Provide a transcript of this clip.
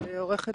בהם.